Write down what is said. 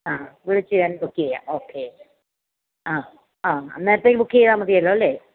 അ വിളിച്ച് ഞാൻ ബുക്ക് ചെയ്യാം ഓക്കെ അ അ അന്നേരത്തേനും ബുക്ക് ചെയ്താൽ മതിയല്ലോ അല്ലെ